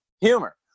humor